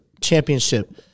championship